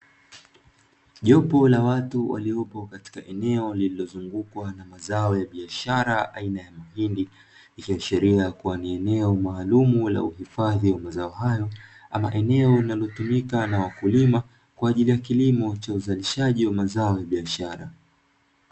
Jopo la watu waliopo katika eneo lililozungukwa na mazao ya biashara aina ya mahindi, ikiashiria kuwa ni eneo maalumu la uhifadhi wa mazao haya, ama eneo linalotumika na wakulima kwa ajili ya kilimo cha uzalishaji wa mazao ya biashara.